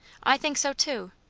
i think so too.